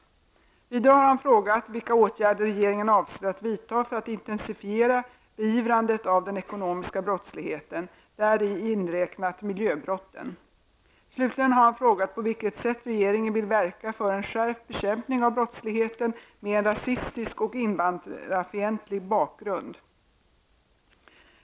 Vidare har han frågat vilka åtgärder regeringen avser att vidta för att intensifiera beivrandet av den ekonomiska brottsligheten, däri inräknat miljöbrotten. Slutligen har han frågat på vilket sätt regeringen vill verka för en skärpt bekämpning av brottsligheten med en rasistisk och invandrarfientlig bakgrund.